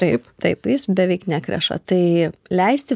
taip taip jis beveik nekreša tai leisti